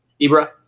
Ibra